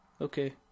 okay